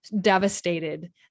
Devastated